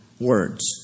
words